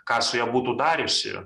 ką su ja būtų dariusi